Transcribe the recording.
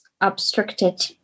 obstructed